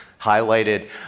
highlighted